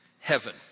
heaven